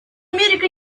америка